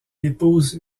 épouse